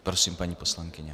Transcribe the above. Prosím, paní poslankyně.